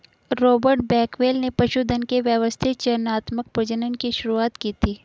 Robert Bakewell ने पशुधन के व्यवस्थित चयनात्मक प्रजनन की शुरुआत की थी